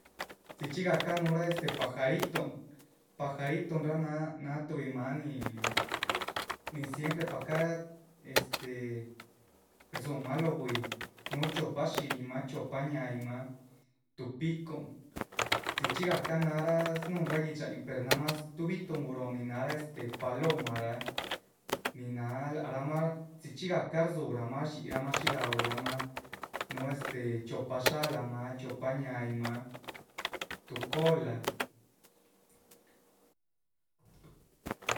Dzichxi gahca núhura este pajaritun, pajaritun náha tuhbi maan nin nin siempre pahca este rdzúhumah lóho bwíi núhu chiopa shiyiih’ma, chiopa ñáhaañinmah. tuh picun, dzichxígahca náha snúhunrah gui´dxayin per más tuh bi´tuhn guróho nin náhara este palomarah, nin náha lac rah mah dzichxí gahca rzúhumah. shdxíyihramah shí gaúramah núhu este chiopash alamah, chiopa ñáhaañinmah, tuh cola